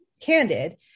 candid